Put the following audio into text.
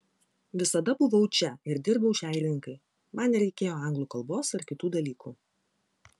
visada buvau čia ir dirbau šiai rinkai man nereikėjo anglų kalbos ar kitų dalykų